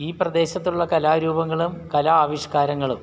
ഈ പ്രദേശത്തുള്ള കലാരൂപങ്ങളും കലാ ആവിഷ്കാരങ്ങളും